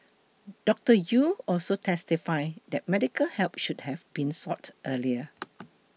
Doctor Yew also testified that medical help should have been sought earlier